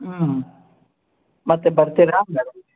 ಹ್ಞೂ ಮತ್ತು ಬರ್ತೀರಾ